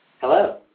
Hello